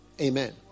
Amen